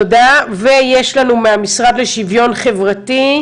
תודה ויש לנו מהמשרד לשוויון חברתי,